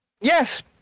Yes